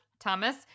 Thomas